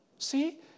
See